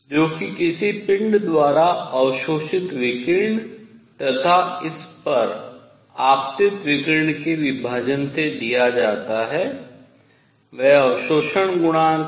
जोकि किसी पिंड द्वारा अवशोषित विकिरण तथा इस पर आपतित विकिरण के विभाजन से दिया जाता है वह अवशोषण गुणांक है